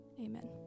Amen